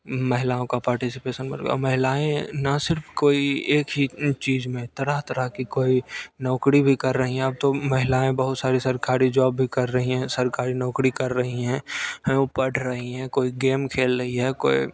महिलाओं का पार्टीसीपेसन बढ़ गया और महिलाएँ ना सिर्फ कोई एक ही चीज में तरह तरह की कोई नौकरी भी कर रहीं हैं तो महिलाएँ बहुत सारी सरकारी जॉब भी कर रहीं हैं सरकारी नौकरी कर रहीं हैं है पढ़ रहीं है कोई गेम खेल रही है कोई